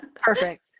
perfect